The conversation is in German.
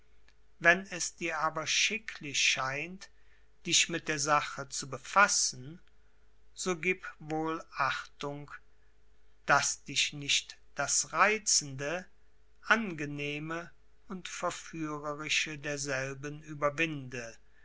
wenn es dir aber schicklich scheint dich mit der sache zu befassen so gib wohl achtung daß dich nicht das reizende angenehme und verführerische derselben überwinde